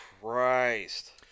Christ